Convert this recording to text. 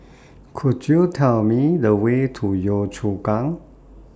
Could YOU Tell Me The Way to Yio Chu Kang